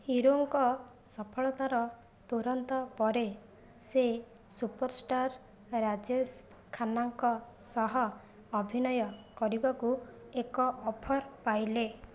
ହିରୋଙ୍କ ସଫଳତାର ତୁରନ୍ତ ପରେ ସେ ସୁପରଷ୍ଟାର୍ ରାଜେଶ ଖାନ୍ନାଙ୍କ ସହ ଅଭିନୟ କରିବାକୁ ଏକ ଅଫର୍ ପାଇଲେ